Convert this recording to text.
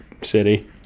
city